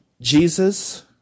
Jesus